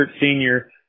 senior